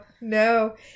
no